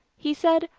he said,